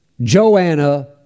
Joanna